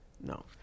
No